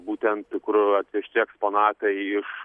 būtent kur atvežti eksponatai iš